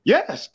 Yes